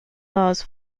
las